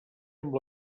amb